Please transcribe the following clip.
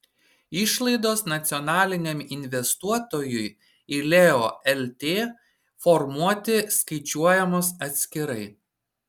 išlaidos nacionaliniam investuotojui į leo lt formuoti skaičiuojamos atskirai